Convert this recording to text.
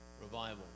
revival